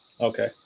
Okay